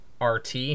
RT